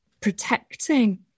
protecting